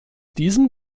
diesem